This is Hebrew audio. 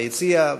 ביציע,